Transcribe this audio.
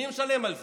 מי משלם על זה?